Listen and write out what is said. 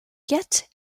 get